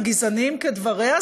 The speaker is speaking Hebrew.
הגזעניים כדבריה,